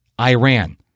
Iran